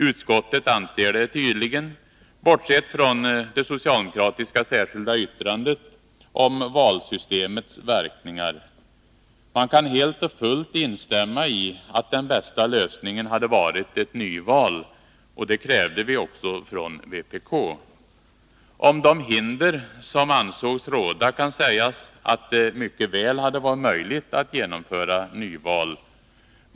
Utskottet anser tydligen det, om man bortser från det socialdemokratiska särskilda yttrandet om valsystemets verkningar. Man kan helt och fullt instämma i att den bästa lösningen hade varit ett nyval. Det krävde vi också från vpk. Om de hinder som ansågs råda kan sägas att det mycket väl hade varit möjligt att genomföra nyval.